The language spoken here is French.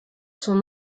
sont